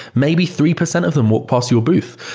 maybe three percent of them will pass your booth.